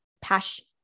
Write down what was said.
passion